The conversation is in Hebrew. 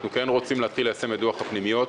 אנחנו כן רוצים להתחיל ליישם את דוח הפנימיות.